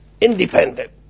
Independent